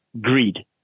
greed